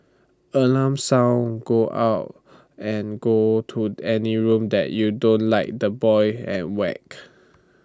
alarm sound go out and go to any room that you don't like the boy and whacked